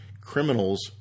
criminals